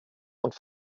und